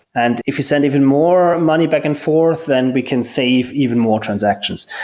and if you send even more money back and forth, then we can save even more transactions.